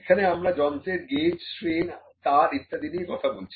এখানে আমরা যন্ত্রের গেজ স্ট্রেন তার ইত্যাদি নিয়ে কথা বলছি